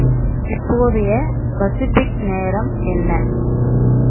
இப் இப்போதைய பசிஃபிக் நேரம் என்ன